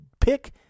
pick